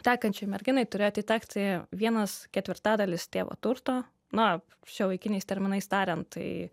tekančiai merginai turėjo atitekti vienas ketvirtadalis tėvo turto na šiuolaikiniais terminais tariant tai